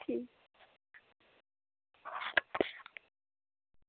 ठीक